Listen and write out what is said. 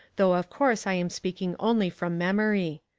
though of course i am speaking only from memory.